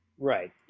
Right